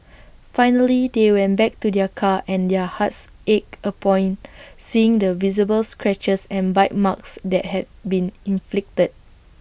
finally they went back to their car and their hearts ached upon seeing the visible scratches and bite marks that had been inflicted